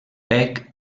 bec